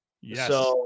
Yes